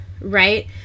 right